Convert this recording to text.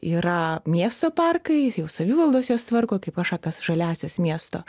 yra miesto parkai jau savivaldos juos tvarko kaip kažkokias žaliąsias miesto